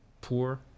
poor